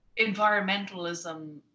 environmentalism